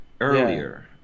earlier